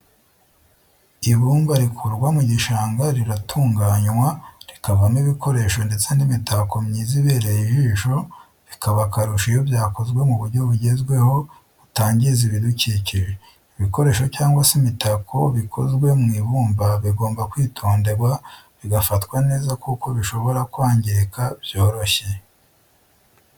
Ibumba rikurwa mu gishanga riratunganywa rikavamo ibikoresho ndetse n'imitako myiza ibereye ijisho bikaba akarusho iyo byakozwe mu buryo bugezweho butangiza ibidukikije. ibikoresho cyangwa se imitako bikozwe mu ibumba bigomba kwitonderwa bigafatwa neza kuko bishobora kwangirika byoroshye.